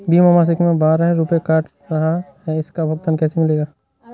बीमा मासिक में बारह रुपय काट रहा है इसका भुगतान कैसे मिलेगा?